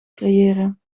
creëren